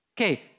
Okay